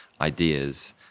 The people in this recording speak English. ideas